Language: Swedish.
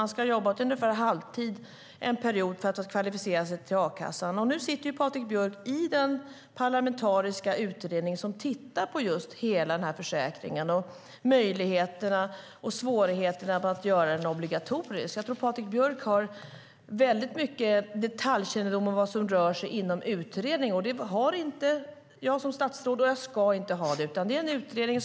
Man ska ha jobbat ungefär halvtid en period för att kvalificera sig till a-kassan. Patrik Björck ingår i den parlamentariska utredning som tittar på hela försäkringen och möjligheterna och svårigheterna med att göra den obligatorisk. Jag tror att Patrik Björck har mycket detaljkännedom om vad som sker i utredningen. Det har inte jag som statsråd och ska heller inte ha det. Det är en fristående utredning.